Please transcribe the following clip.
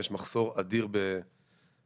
יש מחסור אדיר במאבטחים.